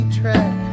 track